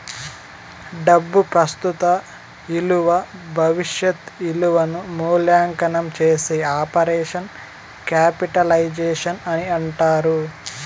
డబ్బు ప్రస్తుత ఇలువ భవిష్యత్ ఇలువను మూల్యాంకనం చేసే ఆపరేషన్ క్యాపిటలైజేషన్ అని అంటారు